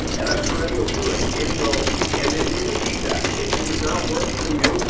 and i pray you'll do it. it will and then give me feedback. if it does not work for you,